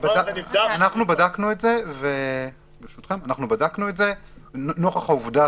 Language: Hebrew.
אנחנו בדקנו את זה נוכח העובדה